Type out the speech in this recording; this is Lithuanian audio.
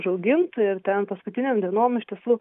užaugint ir ten paskutinėm dienom iš tiesų